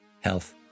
health